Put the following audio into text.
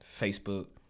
Facebook